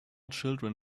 children